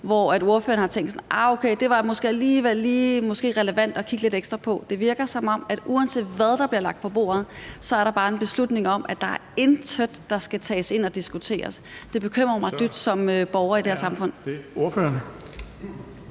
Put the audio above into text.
fået ordføreren til at tænke: Nej, okay, det var måske alligevel lige relevant at kigge lidt ekstra på? Det virker, som om at uanset hvad der bliver lagt på bordet, er der bare en beslutning om, at intet skal tages ind og diskuteres. Det bekymrer mig dybt som borger i det her samfund. Kl. 14:45 Den